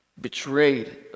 betrayed